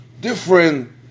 different